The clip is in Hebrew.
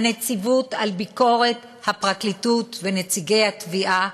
הנציבות לביקורת על הפרקליטות, ונציגי התביעה,